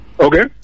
Okay